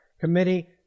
committee